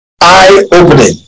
Eye-opening